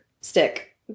stick